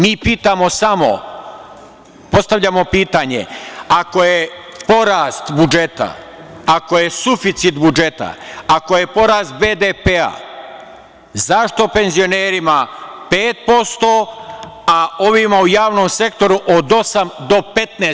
Mi pitamo samo, postavljamo pitanje - ako je porast budžeta, ako je suficit budžeta, ako je porast BDP-a, zašto penzionerima 5%, a ovima u javnom sektoru od 8% do 15%